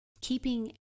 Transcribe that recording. keeping